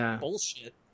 bullshit